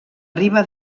riba